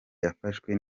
yafashwe